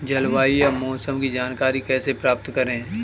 जलवायु या मौसम की जानकारी कैसे प्राप्त करें?